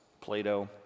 Plato